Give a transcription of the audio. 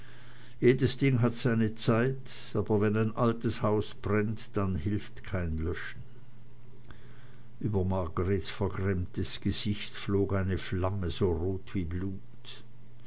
jedes ding hat seine zeit aber wenn ein altes haus brennt dann hilft kein löschen über margreths vergrämtes gesicht flog eine flamme so rot wie blut